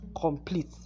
complete